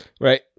Right